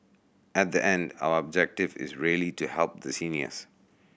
at the end our objective is really to help the seniors